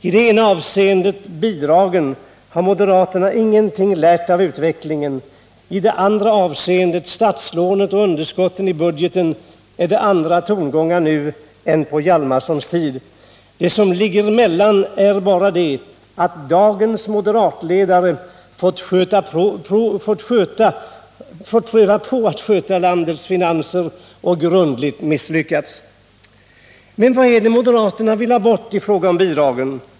I det ena avseendet — när det gäller bidragen — har moderaterna ingenting lärt av utvecklingen. I det andra avseendet — när det gäller statslånen och underskotten i budgeten — är det andra tongångar nu än på Hjalmarsons tid. Skillnaden är bara att dagens moderatledare fått pröva på att sköta landets finanser och grundligt misslyckats. Men vad är det moderaterna vill ha bort av bidragen?